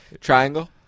Triangle